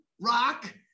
Rock